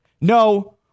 No